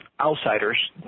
outsiders